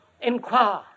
inquire